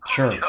Sure